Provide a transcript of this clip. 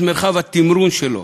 את מרחב התמרון שלו.